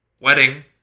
wedding